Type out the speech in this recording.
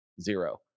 zero